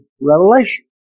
revelation